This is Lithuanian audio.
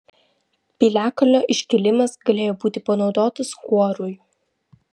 piliakalnio iškilimas galėjo būti panaudotas kuorui